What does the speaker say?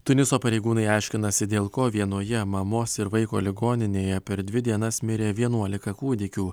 tuniso pareigūnai aiškinasi dėl ko vienoje mamos ir vaiko ligoninėje per dvi dienas mirė vienuolika kūdikių